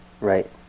Right